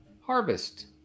Harvest